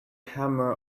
hammer